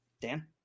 Dan